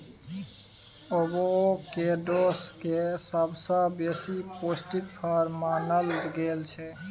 avocado केँ सबसँ बेसी पौष्टिक फर मानल गेल छै